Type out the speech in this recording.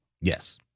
Yes